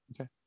Okay